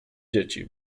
dzieci